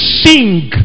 sing